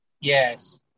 Yes